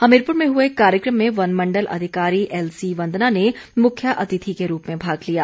हमीरपुर में हए कार्यक्रम में वन मंडल अधिकारी एलसी वंदना ने मुख्य अतिथि के रूप में भाग लिया